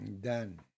Done